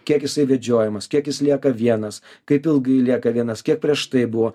kiek jisai vedžiojimas kiek jis lieka vienas kaip ilgai lieka vienas kiek prieš tai buvo